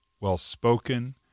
well-spoken